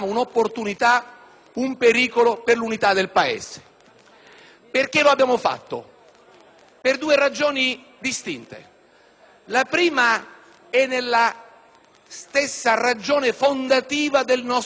Paese. Lo abbiamo fatto per due ragioni distinte. La prima è nella stessa ragione fondativa del nostro movimento, *nomen omen*.